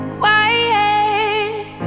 quiet